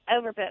Overbooked